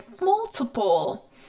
multiple